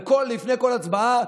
ולפני כל הצבעה,